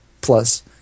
plus